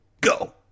go